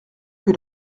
que